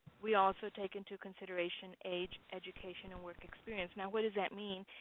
we also take into consideration age, education, and work experience. now, what does that mean?